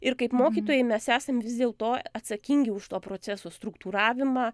ir kaip mokytojai mes esam vis dėl to atsakingi už to proceso struktūravimą